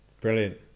brilliant